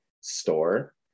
store